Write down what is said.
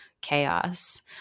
chaos